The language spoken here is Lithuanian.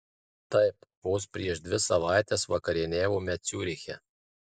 taip vos prieš dvi savaites vakarieniavome ciuriche